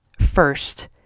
first